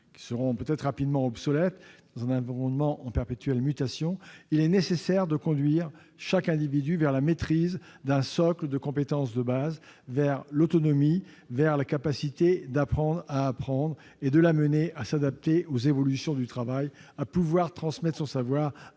qui seront rapidement obsolètes dans un environnement en perpétuelle mutation, il est nécessaire de conduire chaque individu vers la maîtrise d'un socle de compétences de base, vers l'autonomie et vers la capacité d'apprendre à apprendre, et de l'amener à s'adapter aux évolutions du travail, à pouvoir transmettre son savoir et